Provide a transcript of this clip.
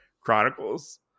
Chronicles